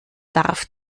darf